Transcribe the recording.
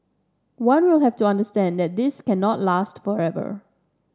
one will have to understand that this cannot last forever